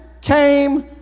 came